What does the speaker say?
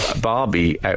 Barbie